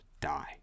die